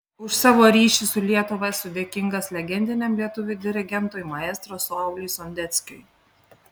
už savo ryšį su lietuva esu dėkingas legendiniam lietuvių dirigentui maestro sauliui sondeckiui